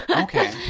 Okay